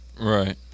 right